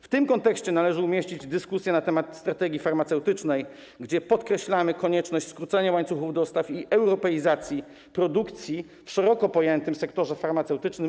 W tym kontekście należy umieścić dyskusję na temat strategii farmaceutycznej, w odniesieniu do której podkreślamy konieczność skrócenia łańcuchów dostaw i europeizacji produkcji w szeroko pojętym sektorze farmaceutycznym.